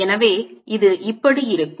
எனவே இது இப்படி இருக்கும்